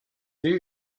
dude